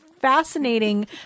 fascinating